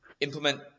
implement